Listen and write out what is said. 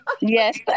Yes